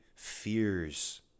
fears